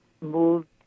moved